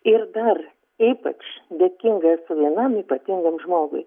ir dar ypač dėkinga esu vienam ypatingam žmogui